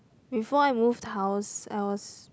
before I moved house I was